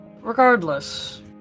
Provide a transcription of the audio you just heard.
Regardless